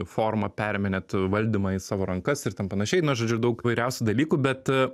forumą perėmę net valdymą į savo rankas ir ten panašiai na žodžiu daug įvairiausių dalykų bet